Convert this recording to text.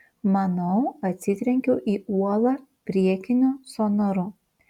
manau atsitrenkiau į uolą priekiniu sonaru